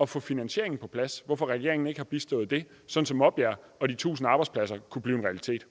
at få finansieringen på plads, hvorfor regeringen ikke har bistået med det, sådan at Maabjerg og de 1.000 arbejdspladser kunne blive en realitet.